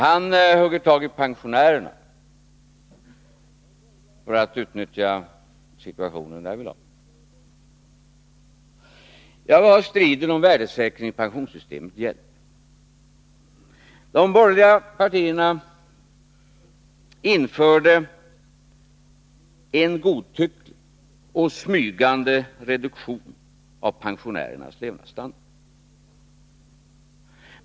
Han hugger här tag i pensionärerna för att utnyttja situationen därvidlag. Vad har då striden om värdesäkring i pensionssystemet gällt? De borgerliga partierna införde en godtycklig och smygande reduktion av pensionärernas levnadsstandard.